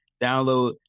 download